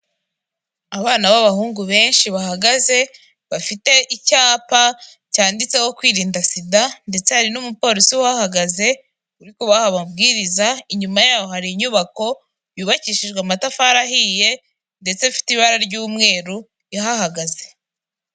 Abana b'abahungu benshi bahagaze bafite icyapa cyanditseho kwirinda sida, ndetse hari n'umupolisi wahagaze uri kubaha ababwiriza inyuma yaho hari inyubako yubakishijwe amatafari ahiye ndetse ifite ibara ry'umweru ihagaze.